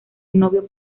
novio